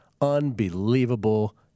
Unbelievable